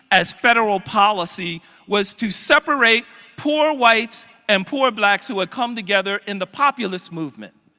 as federal policy was to separate poor whites an poor blacks who come together in the populous movement.